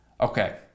Okay